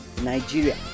Nigeria